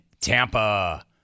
Tampa